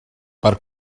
per